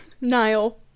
Niall